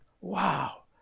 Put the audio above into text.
wow